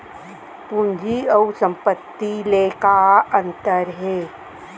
पूंजी अऊ संपत्ति ले का अंतर हे?